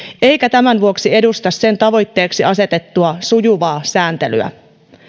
eikä tämän vuoksi edusta sen tavoitteeksi asetettua sujuvaa sääntelyä